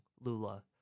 Lula